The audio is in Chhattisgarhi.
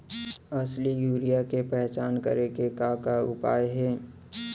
असली यूरिया के पहचान करे के का उपाय हे?